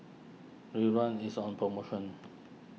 Ridwind is on promotion